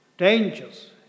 dangers